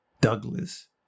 Douglas